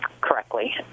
correctly